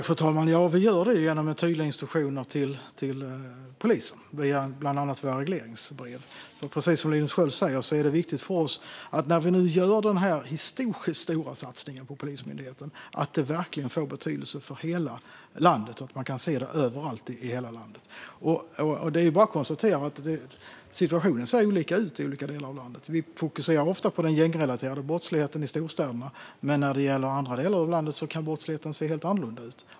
Fru talman! Vi gör det genom tydliga instruktioner till polisen bland annat via våra regleringsbrev. När vi nu gör den här historiskt stora satsningen på Polismyndigheten är det, precis som Linus Sköld säger, viktigt för oss att det verkligen får betydelse för hela landet och att man kan se det överallt. Det är bara att konstatera att situationen ser olika ut i olika delar av landet. Vi fokuserar ofta på den gängrelaterade brottsligheten i storstäderna, men i andra delar av landet kan brottsligheten se helt annorlunda ut.